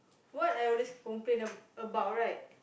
what I always complain ab~ about right